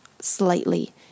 slightly